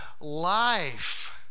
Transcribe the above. life